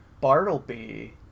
bartleby